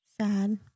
Sad